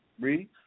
Read